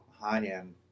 high-end